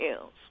else